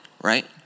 right